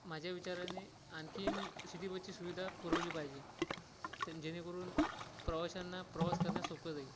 माझे विचारांनी आणखीन शिटी बसची सुविधा पुरवली पाहिजे तेन जेणेकरून प्रवाशांना प्रवास करण्यास सोपं जाईल